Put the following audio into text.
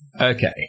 Okay